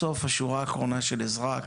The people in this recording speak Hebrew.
בסוף, השורה האחרונה של אזרח,